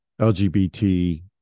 LGBT